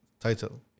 title